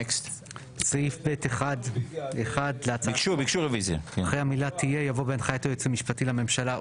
הצבעה בעד, 5 נגד, 7 נמנעים,